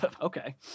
okay